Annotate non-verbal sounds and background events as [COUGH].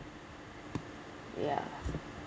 [NOISE] ya [NOISE]